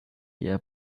eher